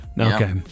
okay